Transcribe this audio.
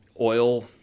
oil